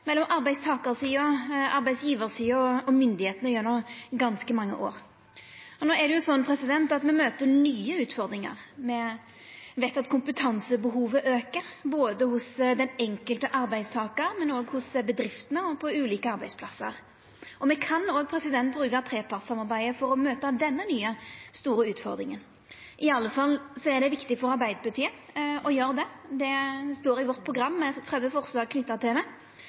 mellom arbeidstakarsida, arbeidsgjevarsida og styresmaktene gjennom ganske mange år. No er det slik at me møter nye utfordringar. Me veit at kompetansebehovet aukar, både hos den enkelte arbeidstakaren og hos bedriftene, og også på ulike arbeidsplassar. Me kan òg bruka trepartssamarbeidet for å møta denne nye, store utfordringa. I alle fall er det viktig for Arbeidarpartiet å gjera det. Det står i programmet vårt, me har 30 forslag om det. Det er ei prioritert samfunnsreform for oss, men det er ikkje mogleg å gjennomføra eller utvikla det